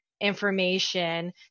information